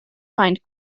find